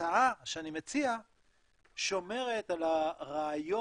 ההצעה שאני מציע שומרת על הרעיון